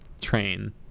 train